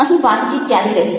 અહીં વાતચીત ચાલી રહી છે